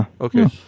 okay